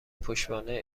پشتوانه